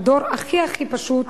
הדור הכי פשוט,